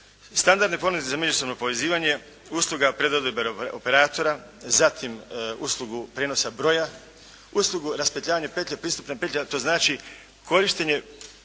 Standardne ponude za međusobno povezivanje, usluga predodredbe operatora, zatim uslugu prijenosa broja, uslugu raspetljavanja petlje pristupne petlje a to znači korištenje